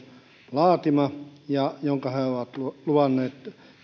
laatima ja jonka he ovat luvanneet